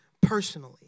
personally